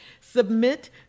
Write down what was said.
Submit